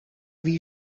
wie